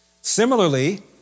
Similarly